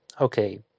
Okay